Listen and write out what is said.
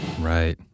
Right